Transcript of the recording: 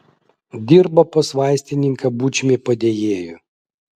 dirbo pas vaistininką bučmį padėjėju